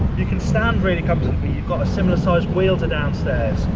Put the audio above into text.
you can stand really comfortably, you've got a similar size wheel to downstairs,